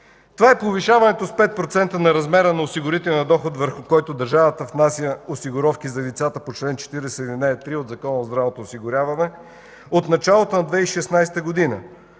Това е повишаването с 5% на размера на осигурителния доход, върху който държавата внася осигуровки за лицата по чл. 40, ал. 3 от Закона за здравното осигуряване от началото на 2016 г.,